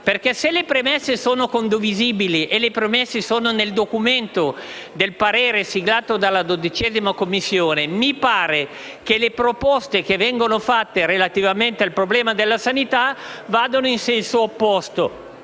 se le premesse sono condivisibili - e le premesse sono nel parere espresso dalla 12a Commissione - mi pare che le proposte che vengono fatte relativamente al problema della sanità vadano in senso opposto;